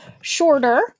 Shorter